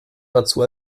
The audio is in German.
dazu